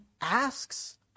asks